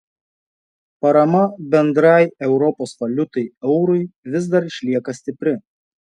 parama bendrai europos valiutai eurui vis dar išlieka stipri